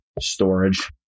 Storage